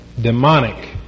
demonic